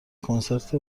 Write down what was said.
کنسرت